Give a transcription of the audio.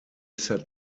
set